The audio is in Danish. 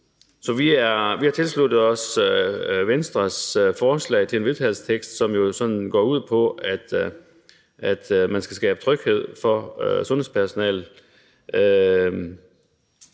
Så vi tilslutter os Venstres forslag til vedtagelse, som så går ud på, at man skal skabe tryghed for sundhedspersonalet